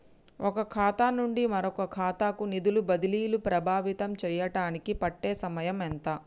ఒక ఖాతా నుండి మరొక ఖాతా కు నిధులు బదిలీలు ప్రభావితం చేయటానికి పట్టే సమయం ఎంత?